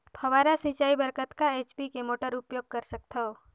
फव्वारा सिंचाई बर कतका एच.पी के मोटर उपयोग कर सकथव?